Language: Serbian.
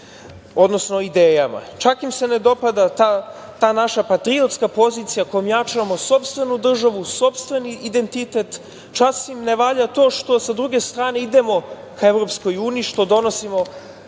odnosno idejama, čak im se ne dopada ta naša patriotska pozicija kojom jačamo sopstvenu državu, sopstveni identitet, čas im ne valja to što sa druge strane idemo ka EU, što donosimo